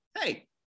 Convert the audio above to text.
hey